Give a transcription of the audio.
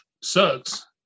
sucks